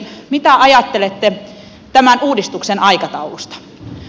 mitä ajattelette tämän uudistuksen aikataulusta